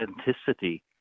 authenticity